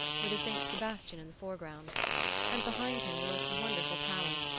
with a saint sabastian in the foreground and behind him the most wonderful palace,